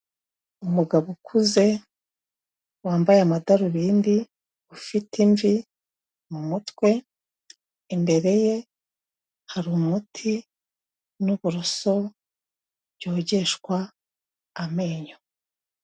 Umugabo ukuze wambaye amadarubindi ufite imvi mu mutwe imbere ye hari umuti n'uburoso byogeshwa amenyo.